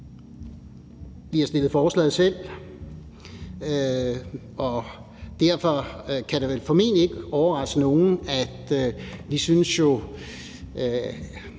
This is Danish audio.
Vi har selv fremsat forslaget, og derfor kan det vel formentlig ikke overraske nogen, at vi synes,